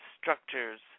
structures